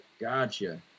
gotcha